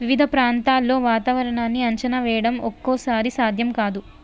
వివిధ ప్రాంతాల్లో వాతావరణాన్ని అంచనా వేయడం ఒక్కోసారి సాధ్యం కాదు